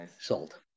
Sold